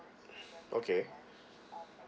okay